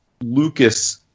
Lucas